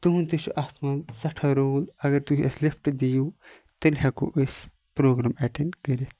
تُہُنٛد تہِ چھُ اَتھ مَنٛز سیٚٹھاہ رول اَگَر تُہۍ اَسہِ لِفٹ دِیِو تیٚلہِ ہیٚکو أسۍ پروگرام ایٚٹنٛڈ کٔرِتھ